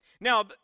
Now